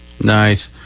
Nice